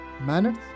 Manners